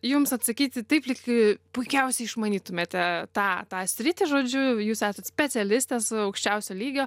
jums atsakyti taip lyg puikiausiai išmanytumėte tą tą sritį žodžiu jūs esat specialistės aukščiausio lygio